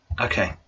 Okay